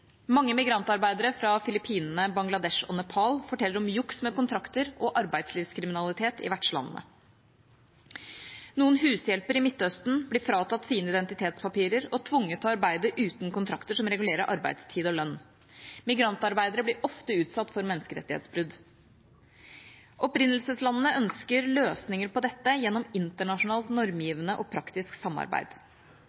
Mange migrantarbeidere fra Filippinene, Bangladesh og Nepal forteller om juks med kontrakter og arbeidslivskriminalitet i vertslandene. Noen hushjelper i Midtøsten blir fratatt sine identitetspapirer og tvunget til å arbeide uten kontrakter som regulerer arbeidstid og lønn. Migrantarbeidere blir ofte utsatt for menneskerettighetsbrudd. Opprinnelseslandene ønsker løsninger på dette gjennom internasjonalt